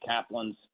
Kaplan's